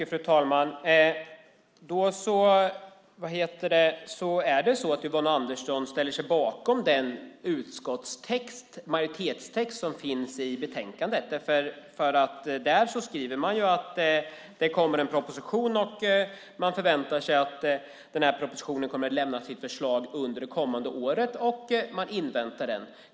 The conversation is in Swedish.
Fru talman! Då ställer sig alltså Yvonne Andersson bakom den majoritetstext som finns i betänkandet. Där skriver man ju att det kommer en proposition med förslag, att man förväntar sig att den kommer att lämnas under det kommande året och att man inväntar den.